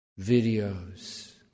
videos